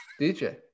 DJ